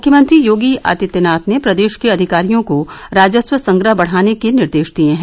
मुख्यमंत्री योगी आदित्यनाथ ने प्रदेश के अधिकारियों को राजस्व संग्रह बढ़ाने के निर्देश दिये हैं